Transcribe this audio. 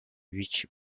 which